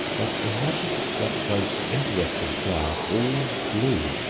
but imagine that most interesting flower all blue,